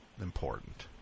important